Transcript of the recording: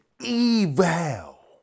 evil